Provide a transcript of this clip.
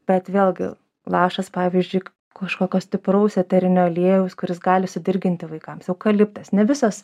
bet vėlgi lašas pavyzdžiui kažkokio stipraus eterinio aliejaus kuris gali sudirginti vaikams eukaliptas ne visos